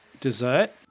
dessert